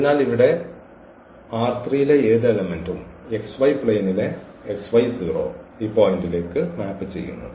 അതിനാൽ ഇവിടെ ലെ ഏത് എലമെന്റ്ഉം xy പ്ലെയിനിലെ x y 0 ഈ പോയിന്റിലേക്ക് മാപ്പ് ചെയ്യുന്നു